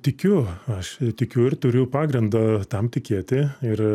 tikiu aš tikiu ir turiu pagrindo tam tikėti ir